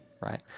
right